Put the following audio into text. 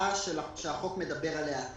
ההצעה שהחוק מדבר עליה.